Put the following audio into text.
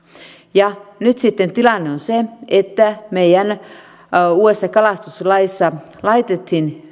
ja nyt sitten tilanne on se että meidän uudessa kalastuslaissa laitettiin